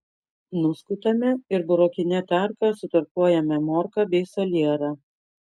nuskutame ir burokine tarka sutarkuojame morką bei salierą